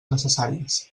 necessàries